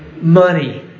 money